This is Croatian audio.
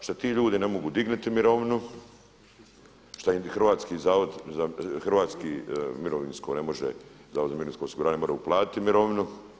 Što sad ti ljudi ne mogu dignuti mirovinu, šta im hrvatski mirovinsko ne može, Zavod za mirovinsko osiguranje ne mora uplatiti mirovinu.